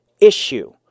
issue